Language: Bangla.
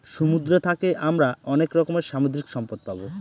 সমুদ্র থাকে আমরা অনেক রকমের সামুদ্রিক সম্পদ পাবো